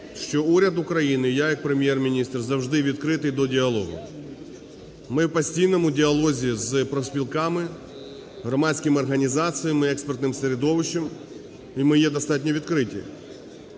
що уряд України і як Прем'єр-міністр завжди відкритий до діалогу. Ми в постійному діалозі з профспілками, громадськими організаціями, експертним середовищем і ми є достатньо відкриті.